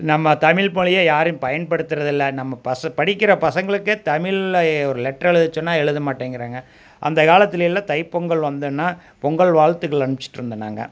நம்ம தமிழ்மொழியை யாரும் பயன்படுத்துறதில்லை நம்ம பச படிக்கிற பசங்களுக்கே தமிழ்ல ஒரு லெட்டரு எழுதச்சொன்னால் எழுத மாட்டேங்கிறாங்க அந்த காலத்திலேலாம் தைப்பொங்கல் வந்ததுனா பொங்கல் வாழ்த்துக்கள் அனுப்பிச்சிட்ருந்தோம் நாங்கள்